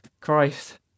Christ